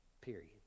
Period